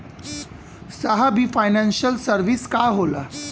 साहब इ financial service का होला?